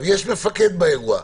יש מפקד באירוע,